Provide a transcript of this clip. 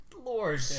Lord